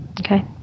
Okay